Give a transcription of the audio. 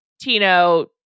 Tino